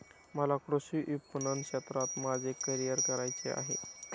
मला कृषी विपणन क्षेत्रात माझे करिअर करायचे आहे